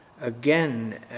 Again